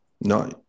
no